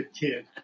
Kid